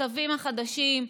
הצווים החדשים,